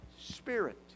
Spirit